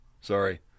Sorry